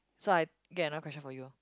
so I get another question for you